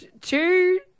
Two